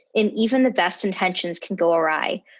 and even the best intentions can go awry,